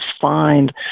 find